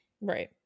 Right